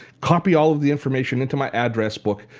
copy all of the information into my address book.